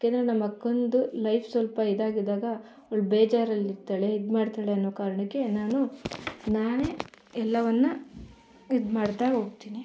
ಯಾಕೆಂದರೆ ನಮ್ಮಕ್ಕನದು ಲೈಫ್ ಸ್ವಲ್ಪ ಇದಾಗಿದ್ದಾಗ ಅವ್ಳು ಬೇಜಾರಲ್ಲಿರ್ತಾಳೆ ಇದು ಮಾಡ್ತಾಳೆನ್ನೋ ಕಾರಣಕ್ಕೆ ನಾನು ನಾನೇ ಎಲ್ಲವನ್ನೂ ಇದು ಮಾಡ್ತಾ ಹೋಗ್ತೀನಿ